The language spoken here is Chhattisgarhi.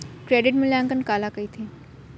क्रेडिट मूल्यांकन काला कहिथे?